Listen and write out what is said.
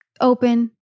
open